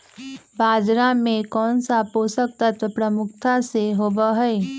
बाजरा में कौन सा पोषक तत्व प्रमुखता से होबा हई?